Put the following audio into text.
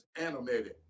animated